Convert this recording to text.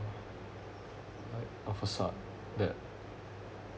like a facade that